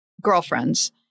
girlfriends